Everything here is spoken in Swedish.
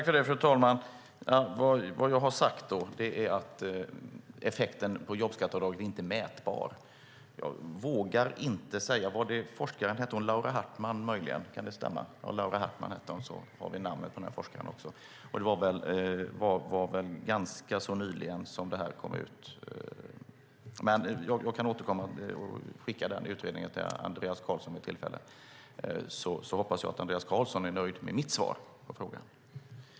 Fru talman! Vad jag har sagt är att effekten av jobbskatteavdraget inte är mätbar. Jag vågar inte säga vad forskaren hette. Hette hon Laura Hartman, möjligen? Kan det stämma? Ja, Laura Hartman hette hon. Då har vi namnet på forskaren. Det var väl ganska nyligen som det här kom ut, men jag kan återkomma och skicka den utredningen till Andreas Carlson vid tillfälle. Jag hoppas att Andreas Carlson är nöjd med mitt svar på frågan.